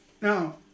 Now